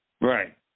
Right